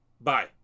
Bye